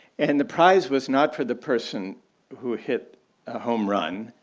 and the prize was not for the person who hit a home run,